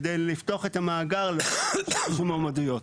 כדי לפתוח את המאגר ושיוגשו מועמדויות.